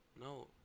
No